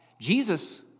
Jesus